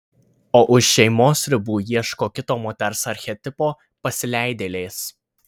o už šeimos ribų ieško kito moters archetipo pasileidėlės